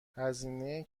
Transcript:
هزینه